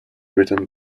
written